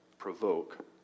Provoke